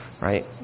Right